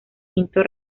quinto